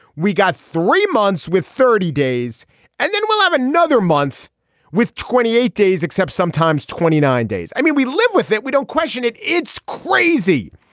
we got three months with thirty days and then we'll have another month with twenty eight days except sometimes twenty nine days. i mean we live with it we don't question it. it's crazy.